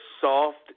soft